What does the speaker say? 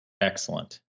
Excellent